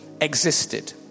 existed